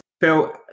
Phil